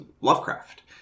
Lovecraft